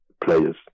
players